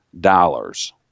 dollars